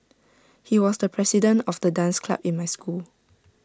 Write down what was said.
he was the president of the dance club in my school